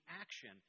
action